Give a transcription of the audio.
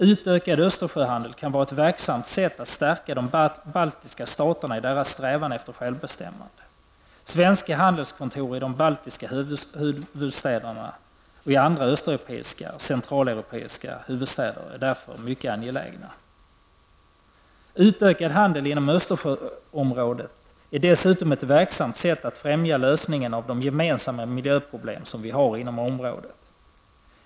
Utökad Östersjöhandel kan vara ett verksamt sätt att stärka de baltiska staterna i deras strävan efter självbestämmande. Svenska handelskontor i de baltiska huvudstäderna och i andra öst och centraleuropeiska huvudstäder är därför mycket angelägna. Utökad handel inom Östersjöområdet är dessutom ett verksamt sätt att främja lösningen av de gemensamma miljöproblem som vi har i området.